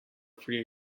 free